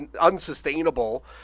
unsustainable